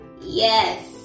Yes